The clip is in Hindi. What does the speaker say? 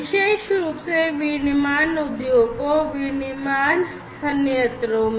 विशेष रूप से विनिर्माण उद्योगों विनिर्माण संयंत्रों में